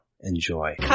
enjoy